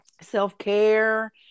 self-care